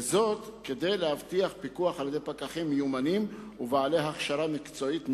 וזאת כדי להבטיח פיקוח על-ידי פקחים מיומנים ובעלי הכשרה מקצועית נאותה.